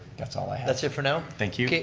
that's all i have. that's it for now? thank you.